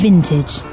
Vintage